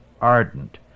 ardent